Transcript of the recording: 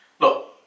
Look